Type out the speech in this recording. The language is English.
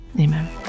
Amen